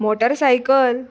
motorcycle